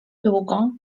długo